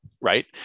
Right